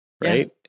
right